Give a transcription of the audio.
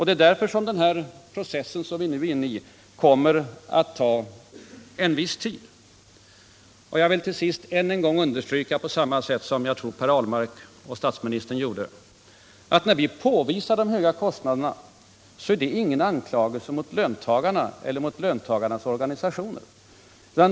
Det är därför den process vi nu är inne i kommer att ta en tid. Jag vill till sist ännu en gång understryka — det tror jag också Per Ahlmark och statsministern gjorde — att när vi påvisar de höga lönekostnaderna så är detta inte någon anklagelse mot löntagarna eller löntagarnas organisationer.